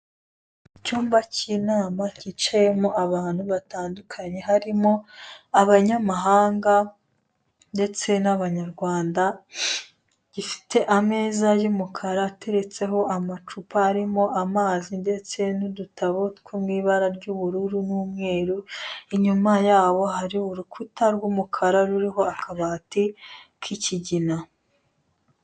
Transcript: Icyumba cy'inama kicayemo abantu batandukanye harimo abanyamahanga, ndetse b'abanyarwanda, gifite ameza y'umukara ateretseho amacupa arimo amazi ndetse b'udutabo two mu ibara ry'ubururu n'umweru, inyuma yabo hari urukuta rw'umukara ruriho akabati k'ikigina.